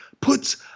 puts